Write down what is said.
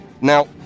Now